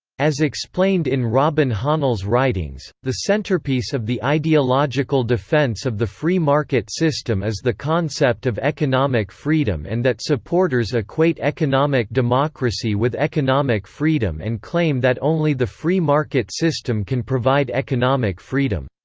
as explained in robin hahnel's writings, the centerpiece of the ideological defense of the free market system is the concept of economic freedom and that supporters equate economic democracy with economic freedom and claim that only the free market system can provide economic freedom.